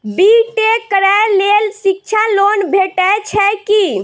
B tech करै लेल शिक्षा लोन भेटय छै की?